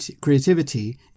creativity